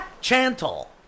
Chantal